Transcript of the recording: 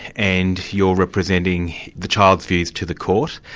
and you're representing the child's views to the court,